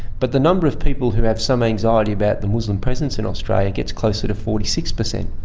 but the number of people who have some anxiety about the muslim presence in australia gets closer to forty six percent.